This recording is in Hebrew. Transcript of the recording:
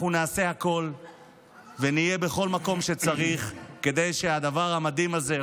אנחנו נעשה הכול ונהיה בכל מקום שצריך כדי שהדבר המדהים הזה,